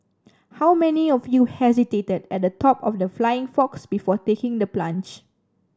how many of you hesitated at the top of the flying fox before taking the plunge